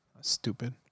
stupid